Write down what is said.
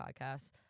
podcasts